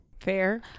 fair